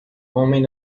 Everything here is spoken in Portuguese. homem